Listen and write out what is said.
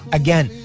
again